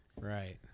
Right